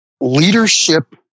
Leadership